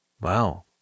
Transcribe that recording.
Wow